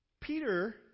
Peter